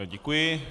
Děkuji.